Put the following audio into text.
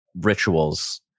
rituals